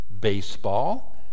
baseball